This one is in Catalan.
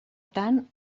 tant